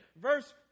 Verse